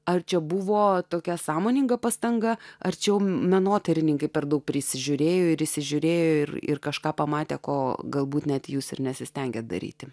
ar čia buvo tokia sąmoninga pastanga arčiau menotyrininkai per daug prisižiūrėjo ir įsižiūrėjo ir ir kažką pamatė ko galbūt net jūs ir nesistengia daryti